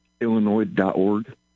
Illinois.org